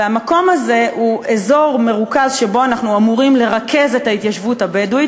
והמקום הזה הוא אזור מרוכז שבו אנחנו אמורים לרכז את ההתיישבות הבדואית,